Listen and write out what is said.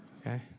okay